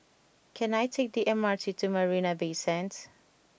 can I take the M R T to Marina Bay Sands